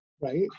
right